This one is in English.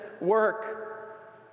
work